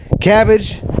Cabbage